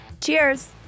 Cheers